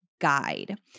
guide